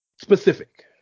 specific